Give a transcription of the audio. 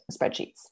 spreadsheets